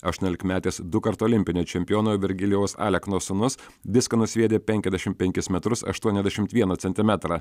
aštuoniolikmetis dukart olimpinio čempiono virgilijaus aleknos sūnus diską nusviedė penkiasdešim penkis metrus aštuoniasdešim vieną centimetrą